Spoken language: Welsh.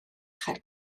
chael